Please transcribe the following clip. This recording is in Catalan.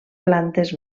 plantes